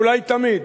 אולי תמיד,